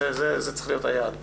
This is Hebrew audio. זה צריך להיות היעד בעיני.